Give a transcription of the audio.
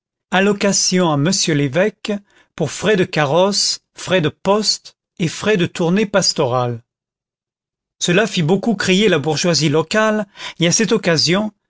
allocation à m l'évêque pour frais de carrosse frais de poste et frais de tournées pastorales cela fit beaucoup crier la bourgeoisie locale et à cette occasion